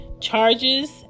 charges